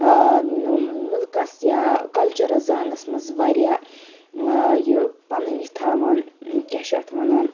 آ مٔلکَس یا کَلچَرَس زانٕنس منٛز واریاہ آ یہِ پَنٕنۍ یہِ تھاوان کیٛاہ چھِ اَتھ وَنان